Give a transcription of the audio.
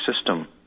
system